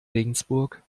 regensburg